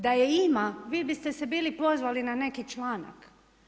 Da je ima, vi biste se bili pozvali na neki članak.